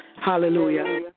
Hallelujah